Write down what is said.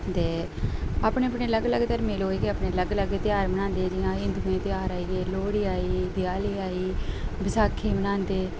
ते अपने अपने अलग अलग धर्में दे लोक इ'यै अपने अलग अलग ध्यार मनांदे जि'यां हिंदुएं दे ध्यार आई गे लोह्ड़ी आई देआली आई बसाखी मनांदे